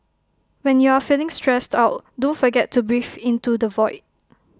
when you are feeling stressed out don't forget to breathe into the void